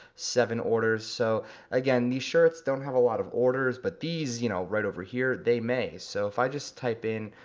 seven orders. so again these shirts don't have a lot of orders but these you know right over here, they may. so if i just type in,